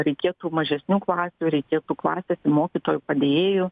reikėtų mažesnių klasių reikėtų klasėse mokytojų padėjėjų